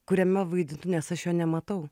kuriame vaidinu nes aš jo nematau